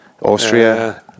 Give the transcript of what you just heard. austria